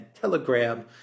Telegram